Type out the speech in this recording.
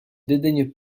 dédaigne